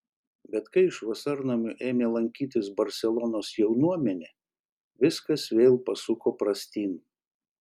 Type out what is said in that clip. bet kai iš vasarnamių ėmė lankytis barselonos jaunuomenė viskas vėl pasuko prastyn